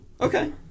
Okay